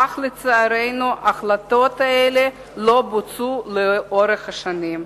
אך לצערנו ההחלטות האלה לא בוצעו לאורך השנים.